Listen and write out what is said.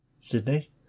Sydney